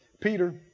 Peter